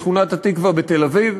בשכונת-התקווה בתל-אביב,